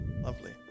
lovely